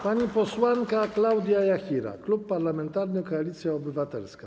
Pani posłanka Klaudia Jachira, Klub Parlamentarny Koalicja Obywatelska.